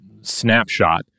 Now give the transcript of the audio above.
snapshot